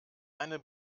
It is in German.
eine